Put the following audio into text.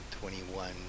twenty-one